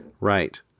Right